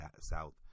South